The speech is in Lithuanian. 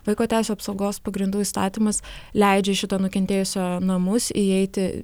vaiko teisių apsaugos pagrindų įstatymas leidžia į šito nukentėjusio namus įeiti